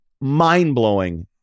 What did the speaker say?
mind-blowing